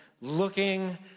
looking